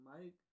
Mike